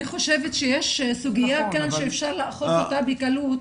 אני חושבת שיש סוגיה כאן שאפשר לאכוף אותה בקלות.